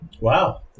Wow